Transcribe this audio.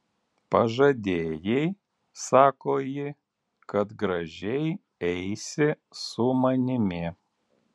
pažadėjai sako ji kad gražiai eisi su manimi